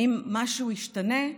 האם משהו ישתנה?